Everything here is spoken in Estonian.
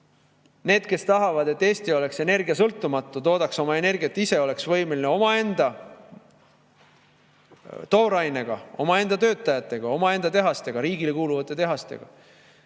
Need, kes tahavad, et Eesti oleks energiasõltumatu, toodaks oma energiat ise, oleks võimeline omaenda toorainega, omaenda töötajatega, omaenda tehastega, riigile kuuluvate tehastega